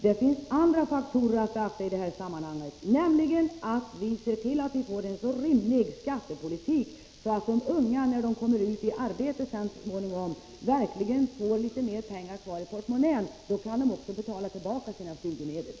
Det finns också en annan faktor att beakta i det här sammanhanget, nämligen att vi måste se till att vi får en så rimlig skattepolitik att de unga, när de så småningom kommer utiarbete, verkligen får litet mer pengar kvar i portmonnän. Då kan de också betala tillbaka sina studiemedel.